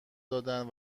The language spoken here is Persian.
دادن